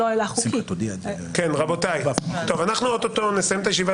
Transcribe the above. אנחנו עוד מעט מסיימים את הישיבה